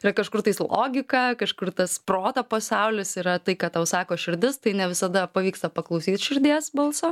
yra kažkur tais logika kažkur tas proto pasaulis yra tai ką tau sako širdis tai ne visada pavyksta paklausyt širdies balso